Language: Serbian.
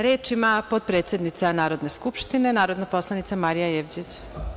Reč ima potpredsednica Narodne skupštine, narodna poslanica, Marija Jevđić.